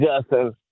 Justin